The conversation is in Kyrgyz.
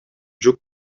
жүк